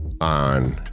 on